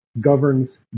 governs